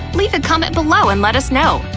leave a comment below and let us know!